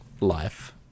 life